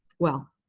well,